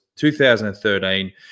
2013